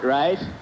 right